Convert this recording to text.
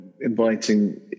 inviting